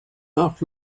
nach